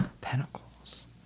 pentacles